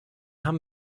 haben